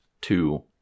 two